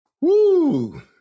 Woo